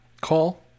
call